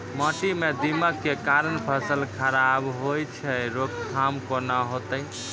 माटी म दीमक के कारण फसल खराब होय छै, रोकथाम केना होतै?